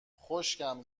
خشکم